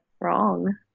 wrong